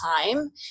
time